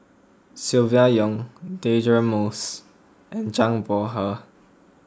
Silvia Yong Deirdre Moss and Zhang Bohe